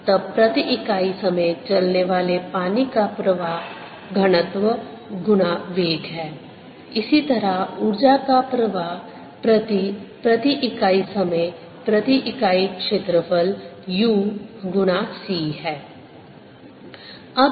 तब प्रति इकाई समय चलने वाले पानी का प्रवाह घनत्व गुना वेग है इसी तरह ऊर्जा का प्रवाह प्रति प्रति इकाई समय प्रति इकाई क्षेत्रफल u गुना c है